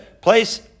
place